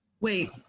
Wait